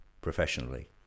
professionally